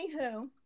anywho